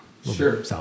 Sure